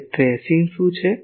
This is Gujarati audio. તે ટ્રેસિંગ શું છે